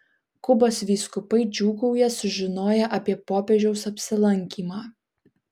kubos vyskupai džiūgauja sužinoję apie popiežiaus apsilankymą